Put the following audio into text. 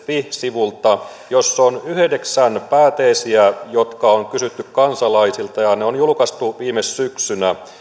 fi sivuilta missä on yhdeksän pääteesiä jotka on kysytty kansalaisilta ne on julkaistu viime syksynä